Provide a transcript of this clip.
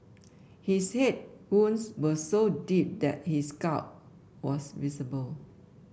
his head wounds were so deep that his skull was visible